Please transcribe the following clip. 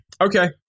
Okay